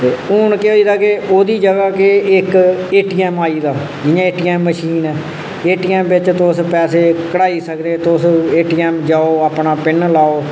ते हून केह् होई गेदा कि ओह्दी जगह् केह् इक ए टी ऐम्म आई गेदा जि'यां ए टी ऐम्म मशीन ऐ ए टी ऐम्म बिच्च तुस पैसे कड्ढाई सकदे तुस ए टी ऐम जाओ अपना पिन्न लाओ